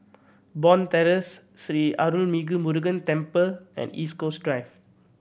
Bond Terrace Sri Arulmigu Murugan Temple and East Coast Drive